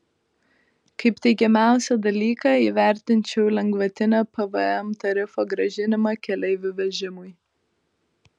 kaip teigiamiausią dalyką įvertinčiau lengvatinio pvm tarifo grąžinimą keleivių vežimui